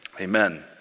Amen